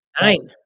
Nine